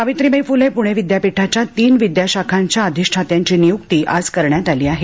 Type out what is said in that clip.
सावित्रीबाई फुले पुणे विद्यापीठाच्या तीन विद्याशाखांच्या अधिष्ठात्यांची नियुक्ती आज करण्यात आली आहे